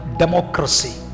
democracy